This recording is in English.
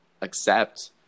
accept